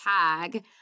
tag